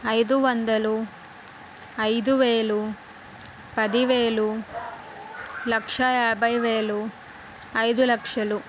ఐదు వందలు ఐదు వేలు పది వేలు లక్షా యాభై వేలు ఐదు లక్షలు